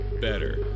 better